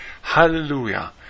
Hallelujah